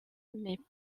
mais